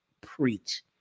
Preach